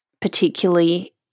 particularly